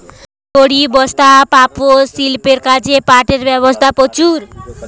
দড়ি, বস্তা, পাপোষ, শিল্পের কাজে পাটের ব্যবহার প্রচুর